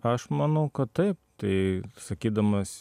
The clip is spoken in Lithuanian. aš manau kad taip tai sakydamas